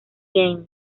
james